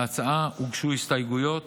להצעה הוגשו הסתייגויות.